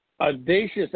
audacious